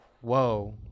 whoa